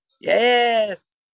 yes